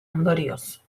ondorioz